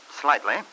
Slightly